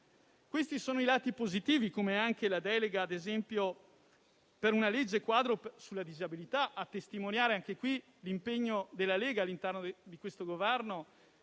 Questi sono i lati positivi, come anche la delega - ad esempio - per una legge quadro sulla disabilità, a testimoniare anche qui l'impegno della Lega all'interno del Governo